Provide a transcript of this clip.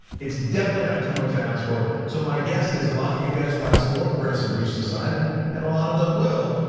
it's definitely not too much too ask for, so my guess is a lot of you guys will ask more progressive groups to sign, um and a lot of them will.